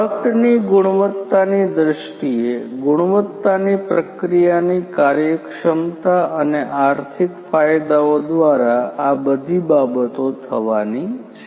પ્રોડક્ટની ગુણવત્તાની દ્રષ્ટિએ ગુણવત્તાની પ્રક્રિયાની કાર્યક્ષમતા અને આર્થિક ફાયદાઓ દ્વારા આ બધી બાબતો થવાની છે